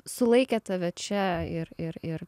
sulaikė tave čia ir ir ir